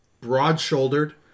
broad-shouldered